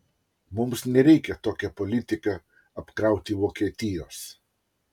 mums nereikia tokia politika apkrauti vokietijos